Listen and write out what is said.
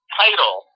title